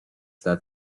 that